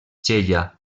xella